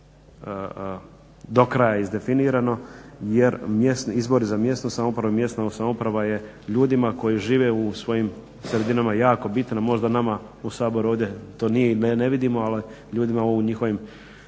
do kraja izdefinirano jer izbori za mjesnu samoupravu i mjesna samouprava je ljudima koji žive u svojim sredinama jako bitna. Možda nama u Saboru ovdje to nije i ne vidimo, ali ljudima u njihovim